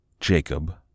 Jacob